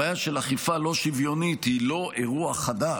הבעיה של אכיפה לא שוויונית היא לא אירוע חדש.